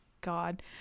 God